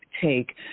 take